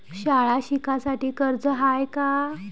शाळा शिकासाठी कर्ज हाय का?